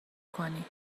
کنی